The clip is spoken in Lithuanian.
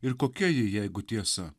ir kokia ji jeigu tiesa